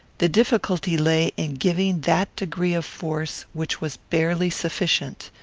the difficulty lay in giving that degree of force which was barely sufficient.